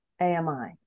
AMI